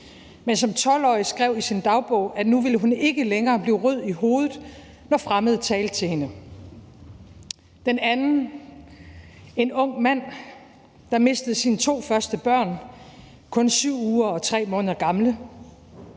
men som 12-årig skrev hun i sin dagbog, at nu ville hun ikke længere blive rød i hovedet, når fremmede talte til hende; den anden er om en ung mand, der mistede sine to første børn kun 7 uger og 3 måneder gamle,